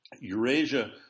Eurasia